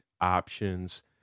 options